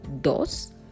Dos